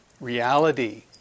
reality